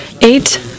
Eight